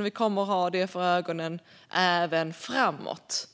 Och vi kommer att ha det för ögonen även framåt,